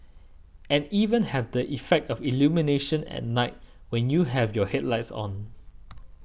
and even have the effect of illumination at night when you have your headlights on